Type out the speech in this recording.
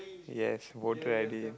yes voter i_d